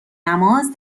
نماز